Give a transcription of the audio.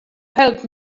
help